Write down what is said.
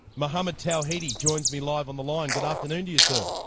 mohammad tawhidi joins me live on the line, good afternoon to you sir.